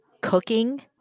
cooking